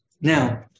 Now